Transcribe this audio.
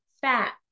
fat